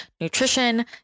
nutrition